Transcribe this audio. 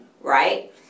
right